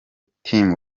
team